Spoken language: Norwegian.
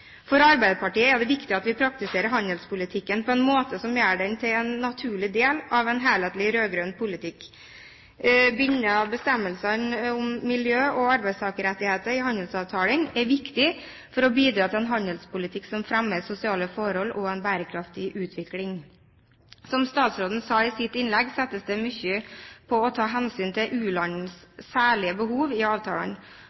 For Arbeiderpartiet er det viktig at vi praktiserer handelspolitikken på en måte som gjør den til en naturlig del av en helhetlig rød-grønn politikk. Bestemmelsene om miljø og arbeidstakerrettigheter i handelsavtalen er viktig for å bidra til en handelspolitikk som fremmer sosiale forhold og en bærekraftig utvikling. Som statsråden sa i sitt innlegg, settes det mye inn på å ta hensyn til